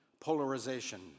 polarization